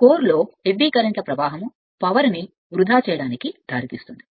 కోర్లో ఎడ్డీ కర్రెంట్ల current power ని వృధా చేయడానికి దారితీస్తుంది